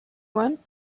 one